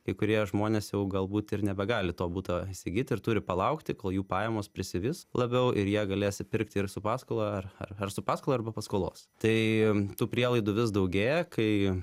kai kurie žmonės jau galbūt ir nebegali to buto įsigyt ir turi palaukti kol jų pajamos prisivys labiau ir jie galės įpirkti ir su paskola ar ar ar su paskola ar be paskolos tai tų prielaidų vis daugėja kai